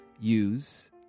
use